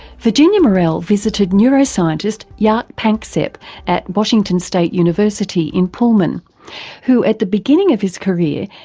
virginia morell visited neuroscientist jaak panksepp at washington state university in pullman who, at the beginning of his career,